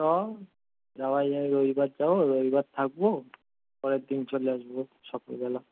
চ যাওয়াই যায় রবিবার যাবো রবিবার থাকবো পরের দিন চলে আসবো সকালবেলা